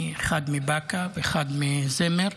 אחד מבאקה ואחד מזמר,